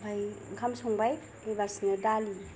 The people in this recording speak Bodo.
ओमफ्राय ओंखाम संबाय ओइबासिनो दालि